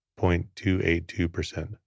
0.282%